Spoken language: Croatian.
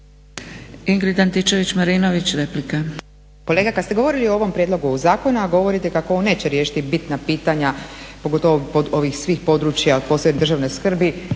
Ingrid Antičević-Marinović, replika.